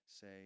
say